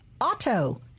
auto